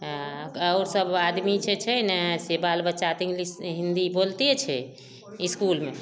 आओर सब आदमी जे छै ने से बाल बच्चा तऽ इंग्लिश हिंदी बोलते छै इसकुलमे